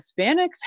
Hispanics